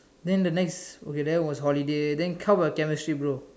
then the next okay then was holiday then how about chemistry bro